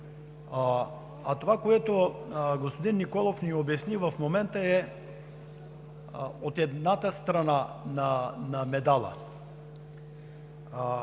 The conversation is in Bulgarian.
А това, което господин Николов ни обясни в момента, е от едната страна на медала.